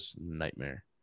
nightmare